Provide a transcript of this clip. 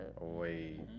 Wait